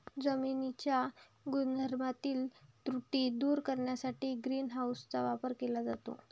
जमिनीच्या गुणधर्मातील त्रुटी दूर करण्यासाठी ग्रीन हाऊसचा वापर केला जातो